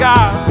God